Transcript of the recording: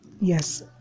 yes